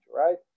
right